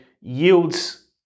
yields